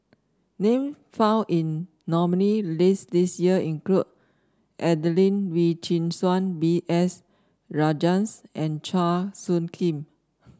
name found in nominee list this year include Adelene Wee Chin Suan B S Rajhans and Chua Soo Khim